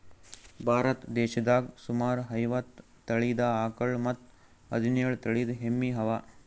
ಭಾರತ್ ದೇಶದಾಗ್ ಸುಮಾರ್ ಐವತ್ತ್ ತಳೀದ ಆಕಳ್ ಮತ್ತ್ ಹದಿನೇಳು ತಳಿದ್ ಎಮ್ಮಿ ಅವಾ